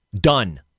Done